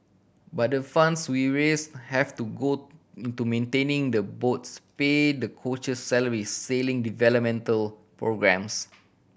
but the funds we raise have to go into maintaining the boats pay the coach salaries sailing developmental programmes